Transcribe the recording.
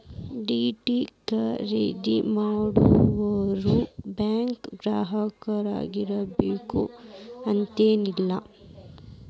DD ಖರೇದಿ ಮಾಡೋರು ಬ್ಯಾಂಕಿನ್ ಗ್ರಾಹಕರಾಗಿರ್ಬೇಕು ಅಂತೇನಿಲ್ಲ